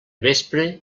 vespre